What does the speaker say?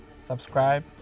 subscribe